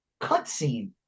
cutscene